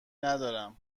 ندارم